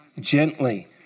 gently